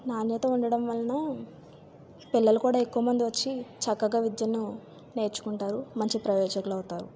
నాణ్యత ఉండడం వలన పిల్లలు కూడా ఎక్కువ మంది వచ్చి చక్కగా విద్యను నేర్చుకుంటారు మంచి ప్రయోజకులు అవుతారు